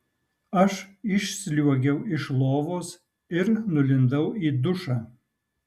aš išsliuogiau iš lovos ir nulindau į dušą